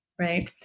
right